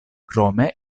krome